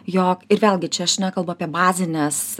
jog ir vėlgi čia aš nekalbu apie bazines